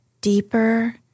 deeper